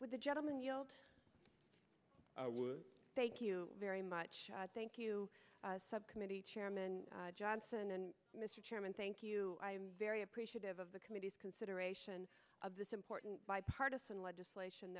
with a gentleman thank you very much thank you subcommittee chairman johnson and mr chairman thank you i'm very appreciative of the committee's consideration of this important bipartisan legislation